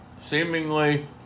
seemingly